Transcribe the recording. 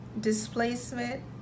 displacement